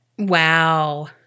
Wow